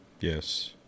Yes